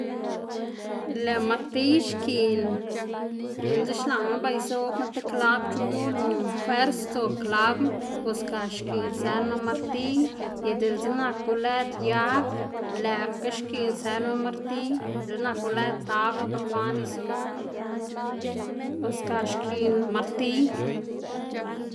lëꞌ martiy xkiꞌn diꞌltse xlaꞌma ba izoꞌbma ti klab chu yu lu fuers sdzoꞌb klabna bos ga xkiꞌn sënma martiy y diꞌltse naku lëd yag lëꞌkga xkiꞌn sënma martiy dela naku lëd tabl bekwaꞌn izoꞌbma bos ga xkiꞌn martiy.